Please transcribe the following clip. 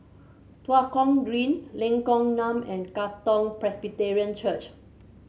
Tua Kong Green Lengkok Enam and Katong Presbyterian Church